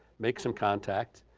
make some contact,